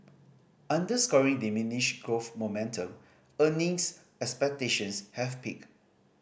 underscoring diminished growth momentum earnings expectations have peaked